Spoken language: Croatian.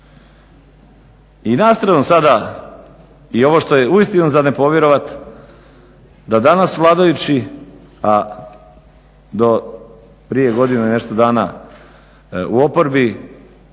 I na stranu sada i ovo što je uistinu za nepovjerovat da danas vladajući, a do prije godinu i nešto dana u oporbi